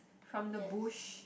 from the bush